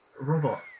robot